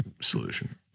Solution